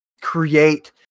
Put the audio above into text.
create